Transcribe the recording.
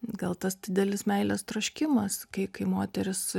gal tas didelis meilės troškimas kai kai moteris